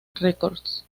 records